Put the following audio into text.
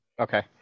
Okay